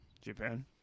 Japan